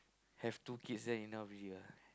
have two kids then enough already ah